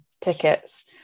tickets